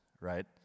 right